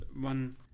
one